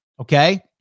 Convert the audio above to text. Okay